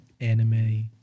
Anime